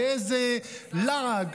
ואיזה להג.